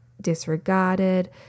disregarded